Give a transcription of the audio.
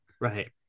Right